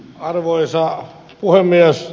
arvoisa puhemies